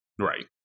Right